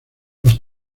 los